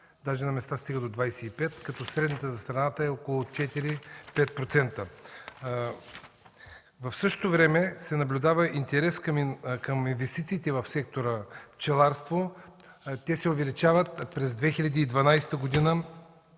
дори на места стига до 25%, като средната за страната е около 4-5%. В същото време се наблюдава интерес към инвестициите в сектор „Пчеларство“. Те се увеличават, защото през 2012 г.